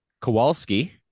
Kowalski